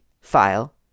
file